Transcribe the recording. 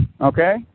Okay